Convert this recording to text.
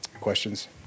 questions